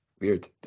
Weird